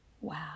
Wow